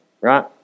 right